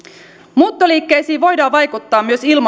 muuttoliikkeisiin voidaan vaikuttaa myös